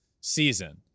season